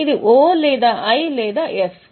అది ఓ లేదా ఐ లేదా ఎఫ్